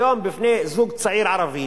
היום, לזוג צעיר ערבי